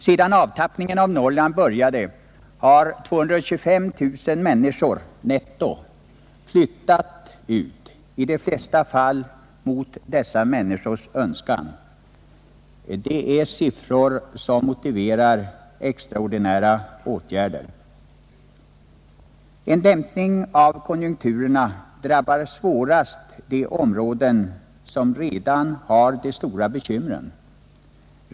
Sedan avtappningen av Norrland började har 225 000 människor netto flyttat ut — i de flesta fall mot dessa människors önskan. Det är siffror som motiverar extraordinära åtgärder. En dämpning av konjunkturerna drabbar svårast de områden som redan har de stora bekymren.